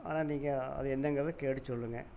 ஆனால் நீங்கள் அது என்னங்றதை கேட்டு சொல்லுங்கள்